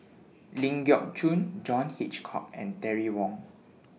Ling Geok Choon John Hitchcock and Terry Wong